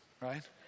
right